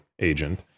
agent